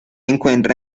encuentra